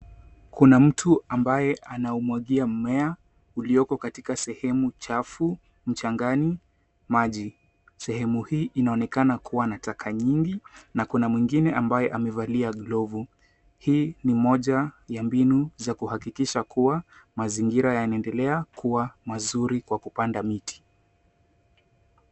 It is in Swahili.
Kuna mtu ambaye anaumwagia mmea ulioko katika sehemu chafu mchangani maji. Sehemu hii inaonekana kuwa na taka nyingi na kuna mwingine ambaye amevalia glovu. Hii ni moja ya mbinu za kuhakikisha kuwa mazingira yanaendelea kuwa mazuri kwa kupanda miti.